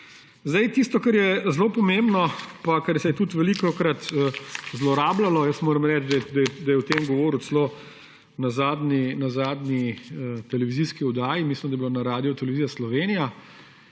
časa. Tisto, kar je zelo pomembno pa kar se je tudi velikokrat zlorabljalo, moram reči, da je o tem govoril celo na zadnji televizijski oddaji, mislim, da je bilo na Radiotelevizija Slovenija